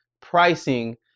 pricing